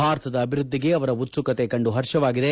ಭಾರತದ ಅಭಿವೃದ್ಧಿಗೆ ಅವರ ಉತ್ಸುಕತೆ ಕಂಡು ಹರ್ಷವಾಗಿದೆ